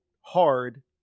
hard